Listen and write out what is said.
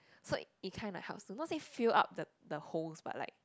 so it kind of helps not say fill up the the holes but like